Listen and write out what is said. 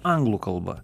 anglų kalba